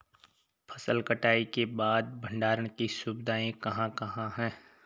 फसल कटाई के बाद भंडारण की सुविधाएं कहाँ कहाँ हैं?